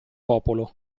popolo